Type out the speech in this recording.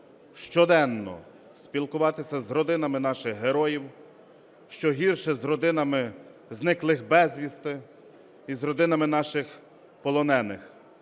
щоденно спілкуватися з родинами наших героїв, що гірше, з родинами зниклих безвісти і з родинами наших полонених.